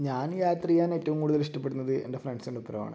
ഞാൻ യാത്ര ചെയ്യാൻ ഏറ്റവും കൂടുതൽ ഇഷ്ടപെടുന്നത് എൻ്റെ ഫ്രണ്ട്സിൻ്റെ ഒപ്പമാണ്